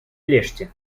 лешти